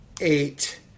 eight